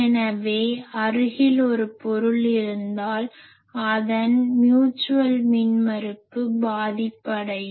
எனவே அருகில் ஒரு பொருள் இருந்தால் அதன் மியூட்சுவல் மின்மறுப்பு பாதிப்படையும்